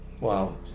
Wow